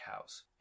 cows